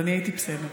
אז אני הייתי בסדר.